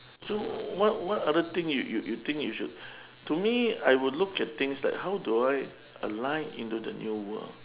so what what other thing you you you think should to me I would look at things like how do I align into the new world